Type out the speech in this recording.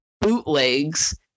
bootlegs